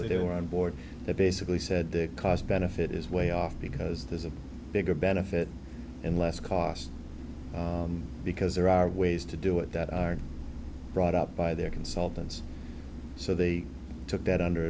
they were on board that basically said the cost benefit is way off because there's a bigger benefit and less cost because there are ways to do it that are brought up by their consultants so they took that under